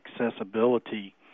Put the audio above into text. accessibility